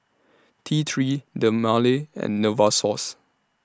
T three Dermale and Novosource